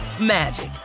magic